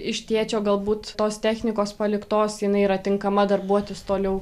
iš tėčio galbūt tos technikos paliktos jinai yra tinkama darbuotis toliau